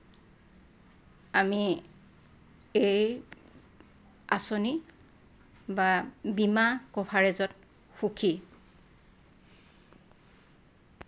আমি এই আঁচনি বা বীমা কভাৰেজত সুখী